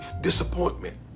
disappointment